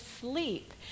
sleep